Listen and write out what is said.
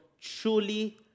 truly